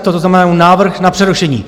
To znamená, návrh na přerušení.